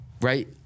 Right